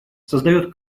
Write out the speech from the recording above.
создает